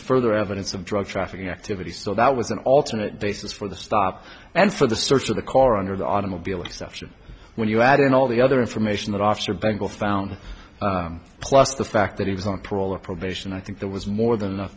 further evidence of drug trafficking activity so that was an alternate basis for the stop and for the search of the car under the automobile exception when you add in all the other information that officer bangle found plus the fact that he was on parole or probation i think there was more than enough